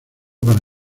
para